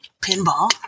pinball